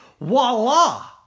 voila